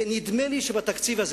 ונדמה לי שבתקציב הזה,